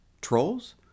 Trolls